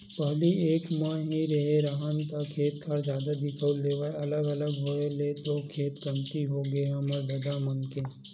पहिली एक म रेहे राहन ता खेत खार जादा दिखउल देवय अलग अलग के होय ले खेत कमती होगे हे हमर ददा मन के